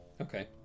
Okay